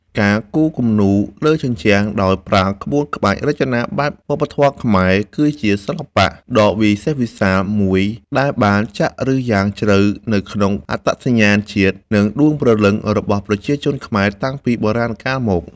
ការគូរគំនូរលើជញ្ជាំងដោយប្រើក្បូរក្បាច់រចនាបែបវប្បធម៌ខ្មែរ គឺជាសិល្បៈដ៏វិសេសវិសាលមួយដែលបានចាក់ឫសយ៉ាងជ្រៅនៅក្នុងអត្តសញ្ញាណជាតិ និងដួងព្រលឹងរបស់ប្រជាជនខ្មែរតាំងពីបុរាណកាលមក។